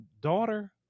daughter